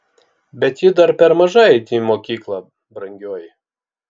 bet ji dar per maža eiti į mokyklą brangioji